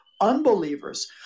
unbelievers